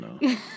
no